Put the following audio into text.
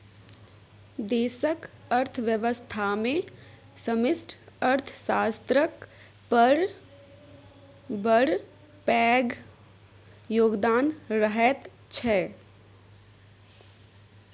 देशक अर्थव्यवस्थामे समष्टि अर्थशास्त्रक बड़ पैघ योगदान रहैत छै